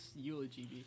eulogy